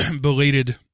belated